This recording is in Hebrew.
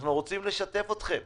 אנחנו רוצים לשתף אתכם.